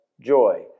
joy